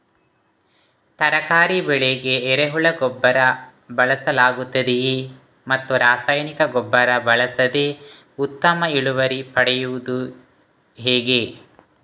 ತರಕಾರಿ ಬೆಳೆಗೆ ಎರೆಹುಳ ಗೊಬ್ಬರ ಬಳಸಲಾಗುತ್ತದೆಯೇ ಮತ್ತು ರಾಸಾಯನಿಕ ಗೊಬ್ಬರ ಬಳಸದೆ ಉತ್ತಮ ಇಳುವರಿ ಪಡೆಯುವುದು ಹೇಗೆ?